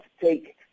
take